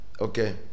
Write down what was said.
Okay